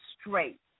straight